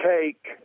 take